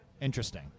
interesting